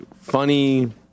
funny